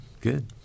Good